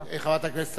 חברת הכנסת אדטו.